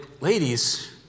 ladies